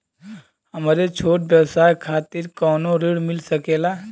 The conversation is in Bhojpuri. हमरे छोट व्यवसाय खातिर कौनो ऋण मिल सकेला?